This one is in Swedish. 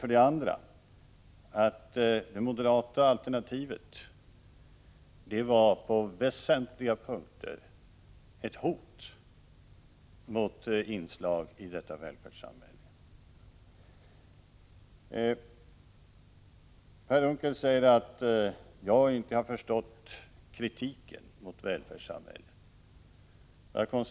För det andra konstaterar jag att det moderata alternativet på väsentliga punkter är ett hot mot inslag i detta välfärdssamhälle. Per Unckel säger att jag inte har förstått kritiken mot välfärdssamhället.